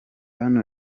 hano